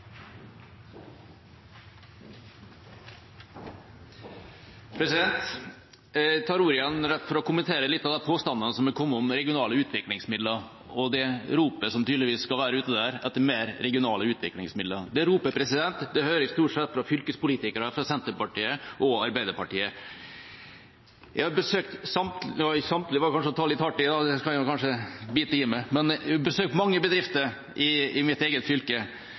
Jeg tar igjen ordet for å kommentere litt av de påstandene som har kommet om regionale utviklingsmidler, og det ropet som tydeligvis skal være der ute etter mer regionale utviklingsmidler. Det ropet hører jeg stort sett fra fylkespolitikere fra Senterpartiet og Arbeiderpartiet. Jeg har besøkt – samtlige var kanskje å ta litt hardt i, det skal jeg bite i meg – mange bedrifter i eget fylke,